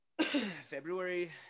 February